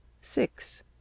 six